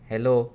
hello